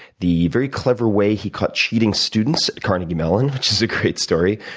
the very clever way he caught cheating students, kind of you know and which is a great story,